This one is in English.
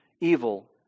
evil